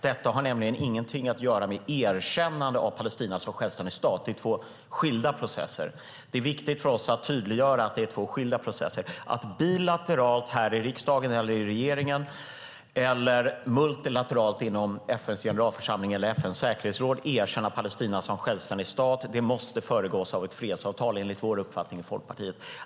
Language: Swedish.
Detta har nämligen ingenting att göra med ett erkännande av Palestina som självständig stat. Det är två skilda processer. Det är viktigt för oss att tydliggöra att det är två skilda processer. Att bilateralt här i riksdagen eller i regeringen eller multilateralt inom FN:s generalförsamling eller FN:s säkerhetsråd erkänna Palestina som en självständig stat måste enligt vår uppfattning i Folkpartiet föregås av ett fredsavtal.